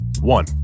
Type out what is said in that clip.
One